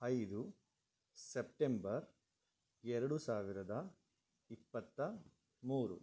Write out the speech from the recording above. ಐದು ಸೆಪ್ಟೆಂಬರ್ ಎರಡು ಸಾವಿರದ ಇಪ್ಪತ್ತ ಮೂರು